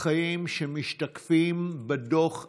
החיים שמשתקפים בדוח עצמו,